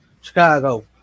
Chicago